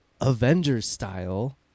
Avengers-style